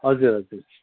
हजुर हजुर